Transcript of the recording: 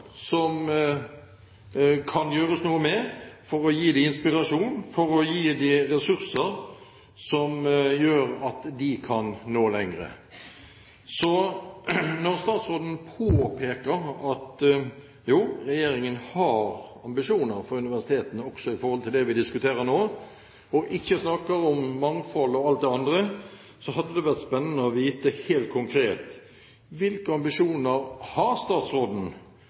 det kan gjøres noe med våre ambisjoner for å gi dem inspirasjon, for å gi dem ressurser som gjør at de kan nå lenger. Når statsråden påpeker at jo, regjeringen har ambisjoner for universitetene, også i forhold til det vi diskuterer nå, og ikke snakker om mangfold og alt det andre, hadde det vært spennende å vite helt konkret: Hvilke ambisjoner har statsråden